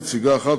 נציגה אחת,